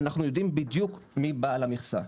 אנחנו יודעים בדיוק מי בעל המכסה,